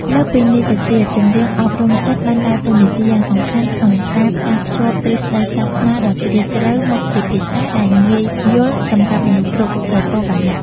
លើសពីនេះទៅទៀត ចម្រៀងអប់រំចិត្តបានដើរតួនាទីយ៉ាងសំខាន់ក្នុងការផ្សារភ្ជាប់ទ្រឹស្ដីសាសនាដ៏ជ្រាលជ្រៅ មកជាភាសាដែលងាយយល់សម្រាប់មនុស្សគ្រប់ស្រទាប់វណ្ណៈ។